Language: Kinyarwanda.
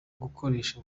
gukoresha